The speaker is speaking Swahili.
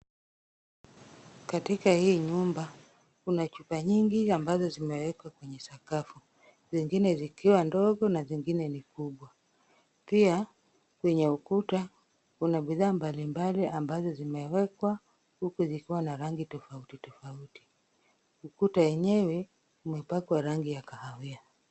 Katika hii nyumba, kuna chupa nyingi ambazo zimewekwa kwenye sakafu, zingine zikiwa ndogo na zingine ni kubwa. Pia kwenye ukuta kuna bidhaa mbalimbali ambazo zimewekwa, huku zikiwa na rangi tofauti tofauti. Ukuta yenyewe umepakwa rangi ya kahawia.